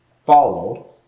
follow